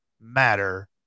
matter